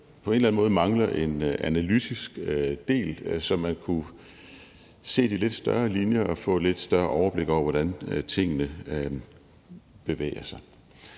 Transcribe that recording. på en eller anden måde mangler en analytisk del, så man kan se de lidt større linjer og få et lidt større overblik over, hvordan tingene bevæger sig,